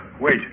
wait